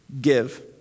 give